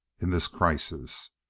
in this crisis.